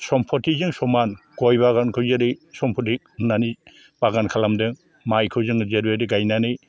सम्पथिजों समान गय बागानखौ जेरै सम्पथि होननानै बागान खालामदों माइखौ जोङो जेरैबादि गायनानै